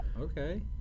Okay